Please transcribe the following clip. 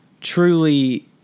truly